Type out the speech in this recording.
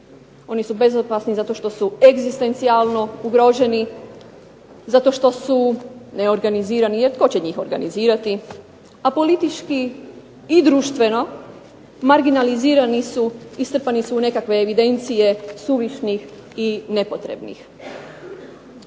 Oni su bezopasni zato što su egzistencijalno ugroženi, zato što su neorganizirani jer tko će njih organizirati, a politički i društveno marginalizirani su i strpani su u nekakve evidencije suvišnih i nepotrebnih.